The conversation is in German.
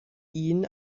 ihn